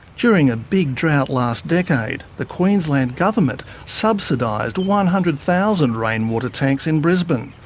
during a big drought last decade, the queensland government subsidised one hundred thousand rainwater tanks in brisbane.